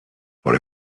for